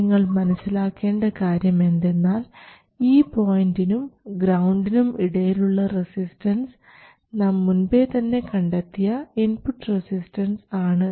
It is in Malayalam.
നിങ്ങൾ മനസ്സിലാക്കേണ്ട കാര്യം എന്തെന്നാൽ ഈ പോയിന്റിനും ഗ്രൌണ്ടിനും ഇടയിലുള്ള റെസിസ്റ്റൻസ് നാം മുൻപേ തന്നെ കണ്ടെത്തിയ ഇൻപുട്ട് റെസിസ്റ്റൻസ് ആണ്